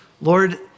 Lord